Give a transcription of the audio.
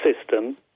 system